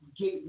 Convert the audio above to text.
get